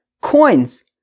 coins